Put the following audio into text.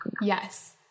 Yes